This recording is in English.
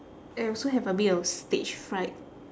I also have a bit of stage fright